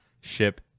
ship